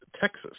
Texas